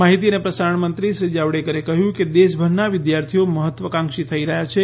માહિતી અને પ્રસારણ મંત્રી શ્રી જાવડેકરે કહ્યું કે દેશભરના વિદ્યાર્થીઓ મહત્વાકાંક્ષી થઇ રહ્યાં છે